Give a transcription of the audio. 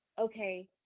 Okay